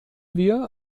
wir